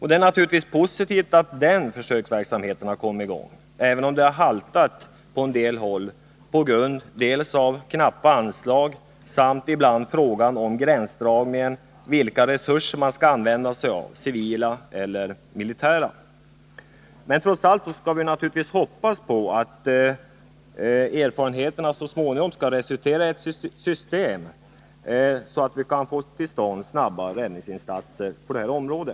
Det är naturligtvis positivt att den försöksverksamheten har kommit i gång, även om det haltat en del på vissa håll på grund av knappa anslag och ibland på grund av gränsdragningen, vilka resurser man skall använda sig av — civila eller militära. Men trots allt skall vi naturligtvis hoppas på att erfarenheterna så småningom skall resultera i ett system som gör att vi kan få i gång snabba räddningsinsatser på detta område.